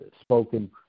spoken